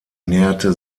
näherte